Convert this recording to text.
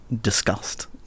disgust